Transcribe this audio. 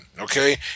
okay